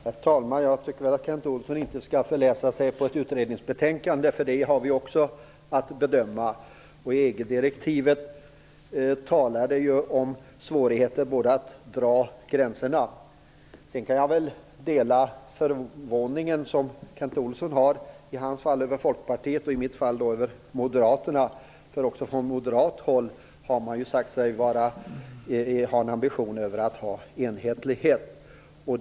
Herr talman! Jag tycker att Kent Olsson inte skall förläsa sig på ett utredningsbetänkande, för det har vi också att bedöma. EG-direktivet talade också om svårigheter att dra gränserna. Jag kan dela Kent Olssons förvåning - i hans fall över Folkpartiet och i mitt fall över Moderata samlingspartiet - för också från moderat håll har man sagt sig ha ambitionen att få enhetlighet.